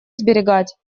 сберегать